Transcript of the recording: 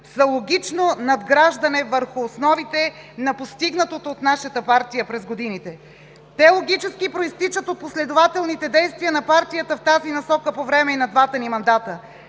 са логично надграждане върху основите на постигнатото от нашата партия през годините. Те логически произтичат от последователните действия на партията в тази насока по време и на двата ни мандата.